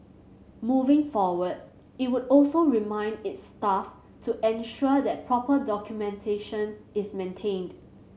moving forward it would also remind its staff to ensure that proper documentation is maintained